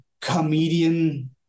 comedian